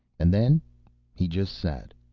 and then he just sat.